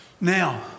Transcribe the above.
Now